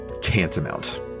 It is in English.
tantamount